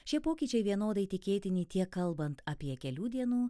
šie pokyčiai vienodai tikėtini tiek kalbant apie kelių dienų